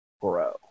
grow